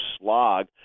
slog